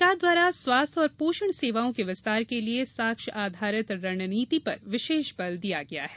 सरकार द्वारा स्वास्थ्य और पोषण सेवाओं के विस्तार के लिये साक्ष्य आधारित रणनीति पर विशेष बल दिया गया है